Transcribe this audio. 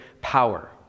power